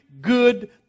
good